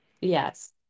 Yes